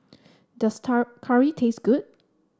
does curry taste good